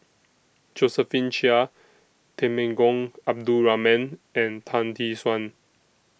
Josephine Chia Temenggong Abdul Rahman and Tan Tee Suan